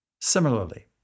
Similarly